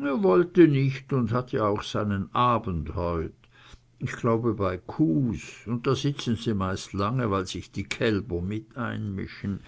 er wollte nicht und hat ja auch seinen abend heut ich glaube bei kuhs und da sitzen sie meist lange weil sich die kälber mit einmischen